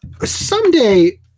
someday